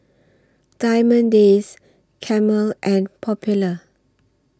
Diamond Days Camel and Popular